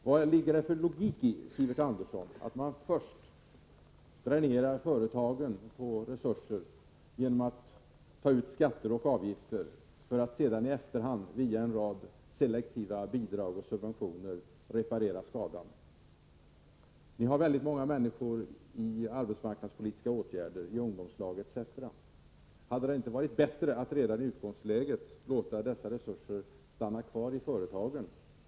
Vad ligger det för logik i, Sivert Andersson, att först dränera företagen på resurser genom att ta ut skatter och avgifter, för att sedan i efterhand via en rad selektiva bidrag och subventioner reparera skadan? Vi har väldigt många människor i arbetsmarknadspolitiska åtgärder, i ungdomslag etc. Hade det inte varit bättre att redan i utgångsläget låta dessa resurser stanna kvar i företagen?